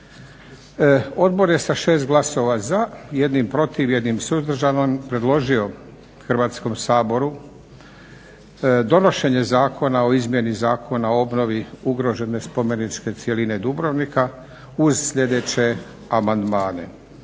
Odbor je sa 6 glasova za, 1 protiv i 1 suzdržanim predložio Hrvatskom saboru donošenje zakona o izmjeni Zakona o obnovi ugrožene spomeničke cjeline Dubrovnika uz sljedeće amandmane.